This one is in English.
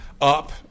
up